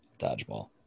Dodgeball